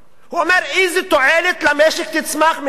הוא אומר: איזה תועלת למשק תצמח מכך